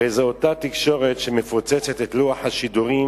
הרי זו אותה תקשורת שמפוצצת את לוח השידורים"